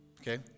Okay